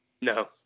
No